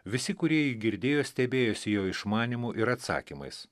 visi kurie jį girdėjo stebėjosi jo išmanymu ir atsakymais